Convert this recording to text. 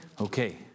Okay